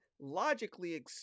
logically